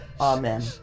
Amen